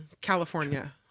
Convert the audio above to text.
california